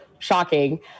shocking